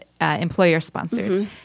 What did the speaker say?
employer-sponsored